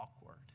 awkward